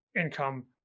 income